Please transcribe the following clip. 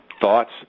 thoughts